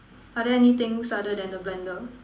are there anythings other than the blender